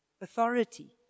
authority